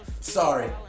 Sorry